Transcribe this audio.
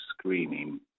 screening